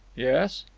yes?